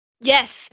Yes